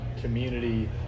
community